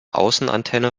außenantenne